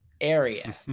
area